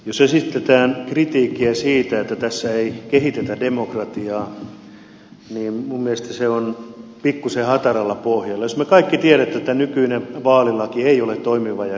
jos esitetään kritiikkiä siitä että tässä ei kehitetä demokratiaa niin minun mielestäni se on pikkuisen hataralla pohjalla jos me kaikki tiedämme että nykyinen vaalilaki ei ole toimiva ja siinä on demokratiavaje